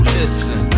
listen